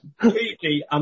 Completely